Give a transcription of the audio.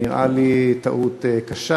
נראה לי טעות קשה.